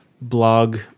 blog